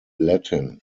latin